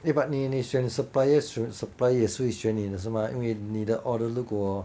eh but 你你选 supplier 选 supplier 也是会选你的是吗因为你的 order 如果